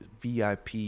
VIP